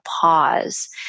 pause